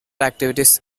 activities